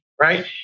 right